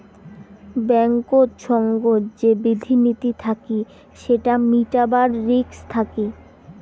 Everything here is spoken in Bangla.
ব্যাঙ্কেত সঙ্গত যে বিধি নীতি থাকি সেটা মিটাবার রিস্ক থাকি